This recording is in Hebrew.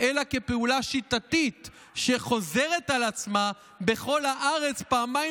אלא כפעולה שיטתית שחוזרת על עצמה בכל הארץ פעמיים